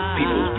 people